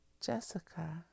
Jessica